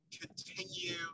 continue